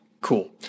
cool